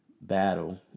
battle